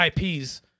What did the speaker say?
IPs